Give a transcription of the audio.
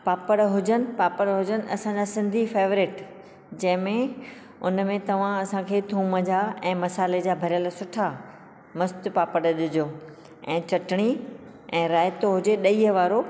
पापड़ हुजनि पापड़ हुजनि असांजा सिंधी फेवरेट जंहिं में उन में तव्हां असां खे थूम जा ऐं मसाले जा भरयल सुठा मस्त पापड़ ॾिजो ऐं चटनी ऐं रायतो हुजे ॾहीअ वारो